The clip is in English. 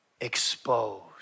exposed